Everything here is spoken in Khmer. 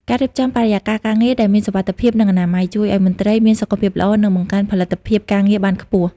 ការរៀបចំបរិយាកាសការងារដែលមានសុវត្ថិភាព និងអនាម័យ ជួយឱ្យមន្ត្រីមានសុខភាពល្អ និងបង្កើនផលិតភាពការងារបានខ្ពស់។